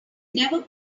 never